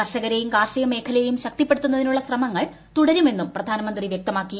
കർഷകരെയും കാർഷിക മേഖലയെയും ശക്തിപ്പെടുത്തുന്നതിനുള്ള ശ്രമങ്ങൾ തുടരുമെന്നും അദ്ദേഹം വ്യക്തമാക്കി